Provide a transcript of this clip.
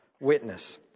Witness